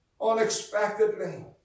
unexpectedly